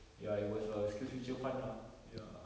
ya it was a skillsfuture fund ah ya